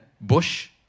Bush